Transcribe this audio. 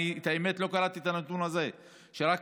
האמת היא שלא קראתי את הנתון הזה שרק